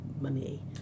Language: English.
money